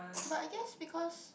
but I guess because